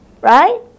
right